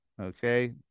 okay